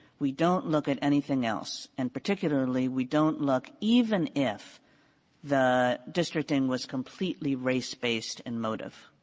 we don't look at anything else, and particularly we don't look even if the districting was completely race-based in motive.